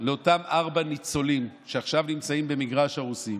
אותם ארבעה ניצולים שעכשיו נמצאים במגרש הרוסים,